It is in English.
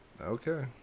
Okay